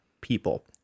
people